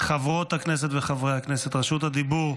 הכנסת וחברי הכנסת, רשות הדיבור,